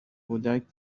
کودک